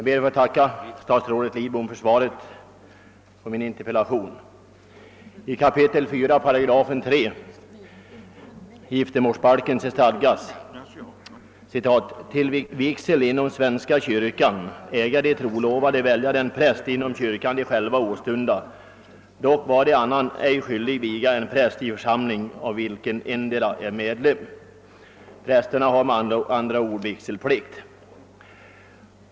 Herr talman! Jag ber att få tacka statsrådet Lidbom för svaret på min interpellation. | Prästerna har med andra ord vigselskyldighet.